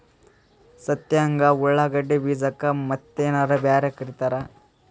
ಸಂತ್ಯಾಗ ಉಳ್ಳಾಗಡ್ಡಿ ಬೀಜಕ್ಕ ಮತ್ತೇನರ ಬ್ಯಾರೆ ಕರಿತಾರ?